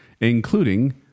including